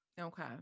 Okay